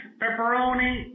pepperoni